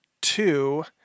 two